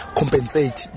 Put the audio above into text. compensate